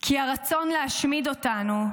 כי הרצון להשמיד אותנו,